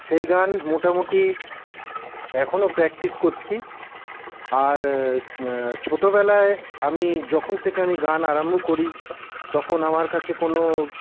সেই গান মোটামুটি এখনও প্র্যাক্টিস করছি আর ছোটোবেলায় আমি যখন থেকে আমি গান আরম্ভ করি তখন আমার কাছে কোনও